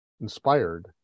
inspired